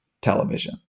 television